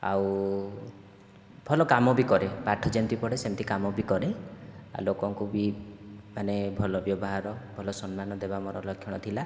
ଆଉ ଭଲ କାମ ବି କରେ ପାଠ ଯେମିତି ପଢ଼େ ସେମିତି କାମ ବି କରେ ଲୋକଙ୍କୁ ବି ମାନେ ଭଲ ବ୍ୟବହାର ଭଲ ସମ୍ମାନ ଦେବା ମୋର ଲକ୍ଷଣ ଥିଲା